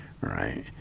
Right